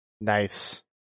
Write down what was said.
Nice